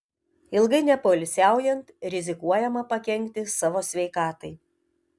ilgai nepoilsiaujant rizikuojama pakenkti savo sveikatai